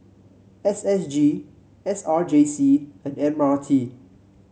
S S G S R J C and M R T